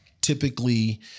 typically